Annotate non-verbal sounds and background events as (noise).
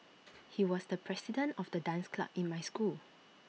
(noise) he was the president of the dance club in my school